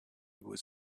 was